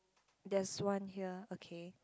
there's one here okay